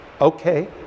Okay